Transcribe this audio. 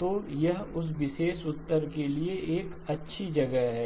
तो यह उस विशेष उत्तर के लिए एक अच्छी जगह है